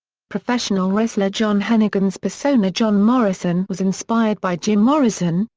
professional wrestler john hennigan's persona john morrison was inspired by jim morrison,